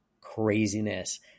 craziness